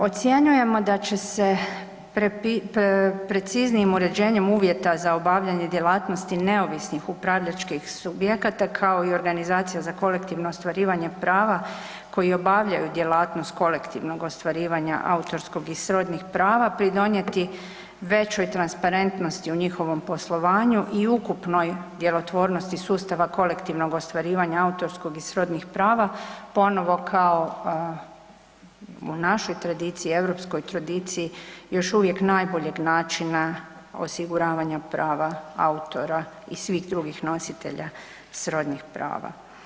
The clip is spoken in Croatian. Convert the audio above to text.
Ocjenjujemo da će se preciznijim uređenjem uvjeta za obavljanje djelatnosti neovisnih upravljačkih subjekata kao i organizacija za kolektivno ostvarivanje prava koji obavljaju djelatnost kolektivnog ostvarivanja autorskog i srodnih prava pridonijeti većoj transparentnosti u njihovom poslovanju i ukupnoj djelotvornosti sustava kolektivnog ostvarivanja autorskog i srodnih prava ponovo kao u našoj tradiciji, europskoj tradiciji, još uvijek najboljeg načina osiguravanja prava autora i svih drugih nositelja srodnih prava.